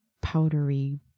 powdery